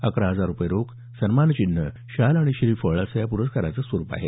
अकरा हजार रूपये रोख सन्मानचिन्ह शाल आणि श्रीफळ असं या प्रस्काराचं स्वरूप आहे